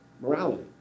morality